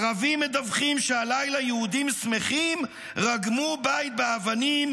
ערבים מדווחים שהלילה יהודים שמחים רגמו בית באבנים,